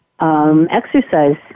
Exercise